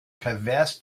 pervers